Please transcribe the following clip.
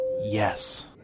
yes